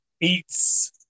eats